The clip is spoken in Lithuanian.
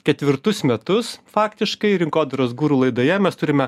ketvirtus metus faktiškai rinkodaros guru laidoje mes turime